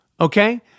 Okay